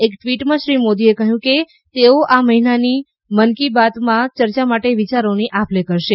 એક ટ્વિટમાં શ્રી મોદીએ કહ્યું કે તેઓ આ મહિનાની મન કી બાતમાં ચર્ચા માટે વિચારોની આપલે કરશે